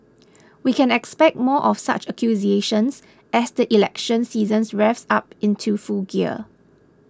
we can expect more of such accusations as the election season revs up into full gear